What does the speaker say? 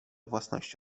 własności